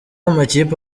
amakipe